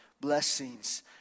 blessings